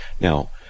Now